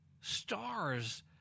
stars